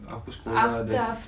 aku sekolah then